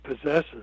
possesses